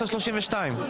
שניים.